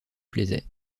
plaisait